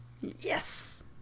Yes